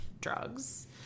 drugs